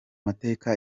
mateka